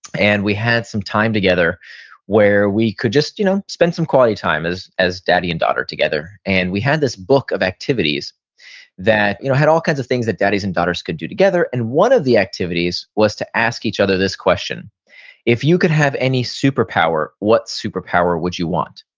and we had some time together where we could just you know spend some quality time as as daddy and daughter together. we had this book of activities that you know had all kinds of things that daddies and daughters could do together, and one of the activities was to ask each other this question if you could have any super power, what super power would you want?